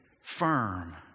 firm